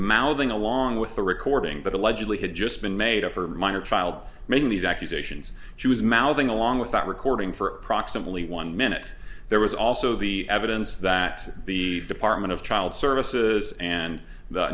mouthing along with the recording that allegedly had just been made of her minor child making these accusations she was mouthing along without recording for approximately one minute there was also the evidence that the department of child services and the